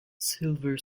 silver